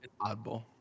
oddball